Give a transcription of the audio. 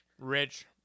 Rich